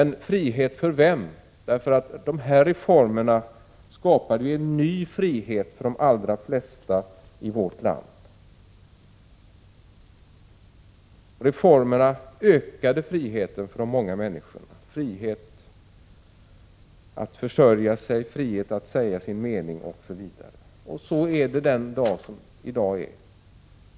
Frihet för vem? De här reformerna skapade ju en ny frihet för de allra flesta i vårt land. Reformerna ökade friheten för de många människorna — friheten att försörja sig, friheten att säga sin mening osv. Så är det den dag som i dag är.